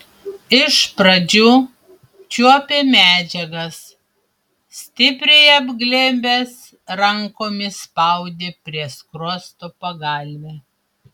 iš pradžių čiuopė medžiagas stipriai apglėbęs rankomis spaudė prie skruosto pagalvę